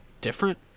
different